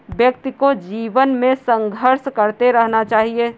व्यक्ति को जीवन में संघर्ष करते रहना चाहिए